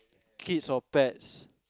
kids or pets